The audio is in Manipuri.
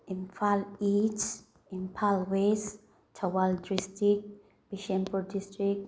Imphal east Imphal west Thoubal district Bishnupur district